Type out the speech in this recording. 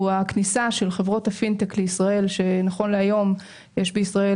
הוא הכניסה של חברות הפינטק לישראל כאשר נכון להיום יש בישראל